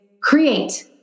create